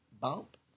bump